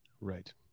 Right